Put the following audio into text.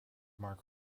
mark